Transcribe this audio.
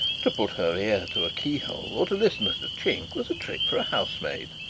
to put her ear to a key-hole or to listen at a chink, was a trick for a housemaid.